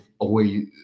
away